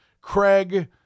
Craig